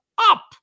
up